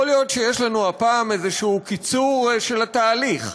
יכול להיות שיש לנו הפעם איזשהו קיצור של התהליך,